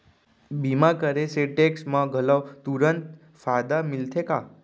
बीमा करे से टेक्स मा घलव तुरंत फायदा मिलथे का?